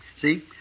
See